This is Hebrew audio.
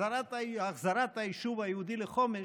החזרת היישוב היהודי לחומש,